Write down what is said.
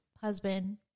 husband